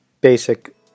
basic